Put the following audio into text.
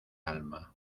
alma